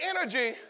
energy